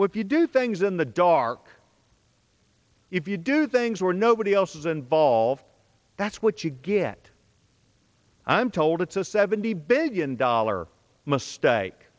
what do you do things in the dark if you do things where nobody else is involved that's what you get i'm told it's a seventy billion dollar mistake